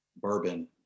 bourbon